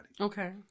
Okay